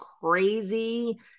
crazy